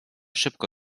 szybko